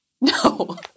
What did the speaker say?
No